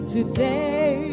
Today